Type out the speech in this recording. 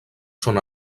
són